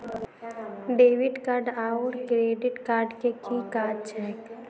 Debit card आओर credit card केँ की काज छैक?